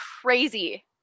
crazy